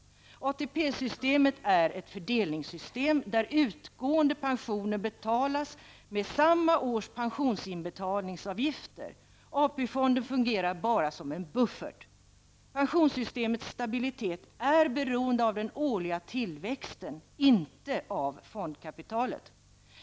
ATP systemet är ett fördelningssystem där utgående pensioner betalas med samma års pensionsinbetalningsavgifter. AP-fonden fungerar bara som en buffert. Pensionssystemets stabilitet är beroende av den årliga tillväxten -- inte av fondkapitalet.